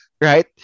right